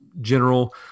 general